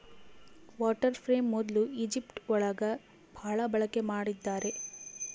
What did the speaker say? water frame ಮೊದ್ಲು Egypt ಒಳಗ ಭಾಳ ಬಳಕೆ ಮಾಡಿದ್ದಾರೆ